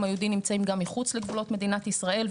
היהודי נמצאים גם מחוץ לגבולות מדינת ישראל,